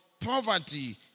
Poverty